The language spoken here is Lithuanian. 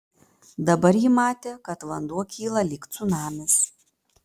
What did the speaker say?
dabar ji matė kad vanduo kyla lyg cunamis